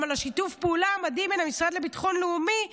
על שיתוף פעולה המדהים בין המשרד לביטחון לאומי.